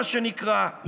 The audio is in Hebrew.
מה שנקרא,